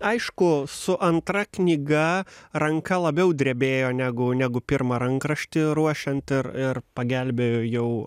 aišku su antra knyga ranka labiau drebėjo negu negu pirmą rankraštį ruošiant ir ir pagelbėjo jau